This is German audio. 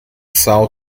são